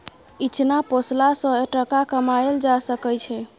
इचना पोसला सँ टका कमाएल जा सकै छै